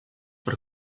per